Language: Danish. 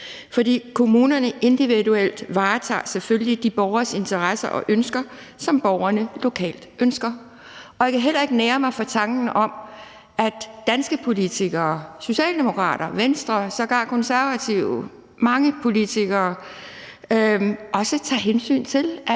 For kommunerne varetager individuelt selvfølgelig de borgeres interesser og ønsker, som borgerne lokalt ønsker. Og jeg kan heller ikke nære mig for at tænke, at danske politikere – socialdemokrater, Venstre, sågar Konservative, mange politikere – også tager hensyn til,